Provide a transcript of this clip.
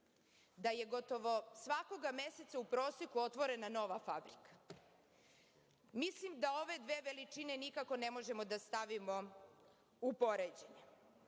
da je gotovo svakog meseca u proseku otvorena nova fabrika? Mislim da ove dve veličine nikako ne možemo da stavimo u poređenje. Da